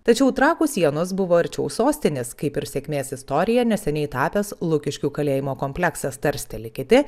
tačiau trakų sienos buvo arčiau sostinės kaip ir sėkmės istorija neseniai tapęs lukiškių kalėjimo kompleksas tarsteli kiti